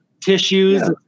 tissues